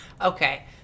Okay